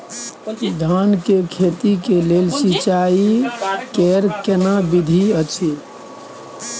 धान के खेती के लेल सिंचाई कैर केना विधी अछि?